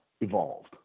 evolved